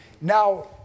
Now